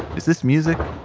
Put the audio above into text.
is this music?